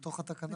בתוך התקנה.